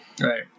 Right